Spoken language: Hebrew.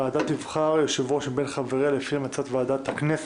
הוועדה תבחר יושב-ראש מבין חבריה לשם הצעת ועדת הכנסת.